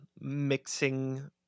mixing